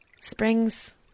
Springs